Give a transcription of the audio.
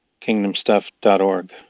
kingdomstuff.org